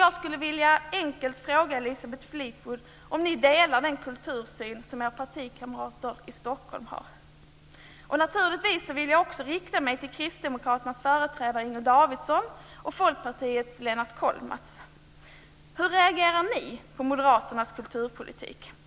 Jag skulle vilja enkelt fråga Elisabeth Fleetwood om ni moderater delar den kultursyn som era partikamrater i Naturligtvis vill jag också rikta mig till Kristdemokraternas företrädare Inger Davidson och Folkpartiets Lennart Kollmats. Hur reagerar ni på moderaternas kulturpolitik?